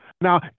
Now